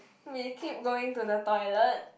we keep going to the toilet